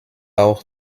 auch